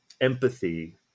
empathy